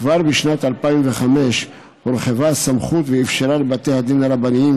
כבר בשנת 2005 הורחבה הסמכות ואפשרה לבתי הדין הרבניים